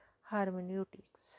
hermeneutics